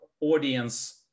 audience